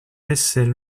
naissait